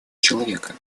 человека